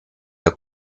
der